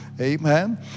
Amen